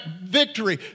victory